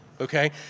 okay